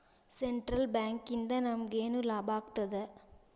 Central ಬ್ಯಾಂಕಿಂದ ನಮಗೇನ್ ಲಾಭಾಗ್ತದ?